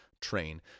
train